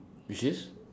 which is